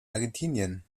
argentinien